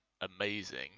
amazing